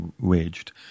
waged